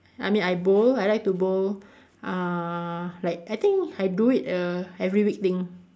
I mean I bowl I like to bowl uh like I think I do it err every week thing